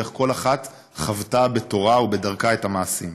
ואיך כל אחת חוותה בתורה ובדרכה את המעשים.